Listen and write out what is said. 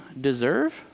deserve